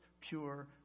pure